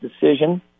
decision